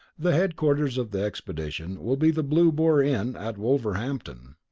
the headquarters of the expedition will be the blue boar inn at wolverhampton.